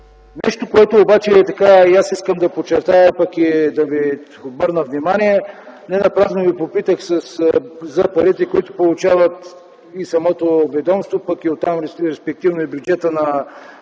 Нещо, което и аз искам да подчертая, и да Ви обърна внимание – не напразно Ви попитах за парите, които получава и самото ведомство, а оттам респективно и бюджетът на